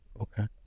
Okay